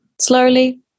Slowly